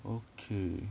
okay